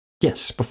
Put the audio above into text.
yes